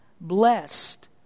Blessed